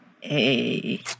Hey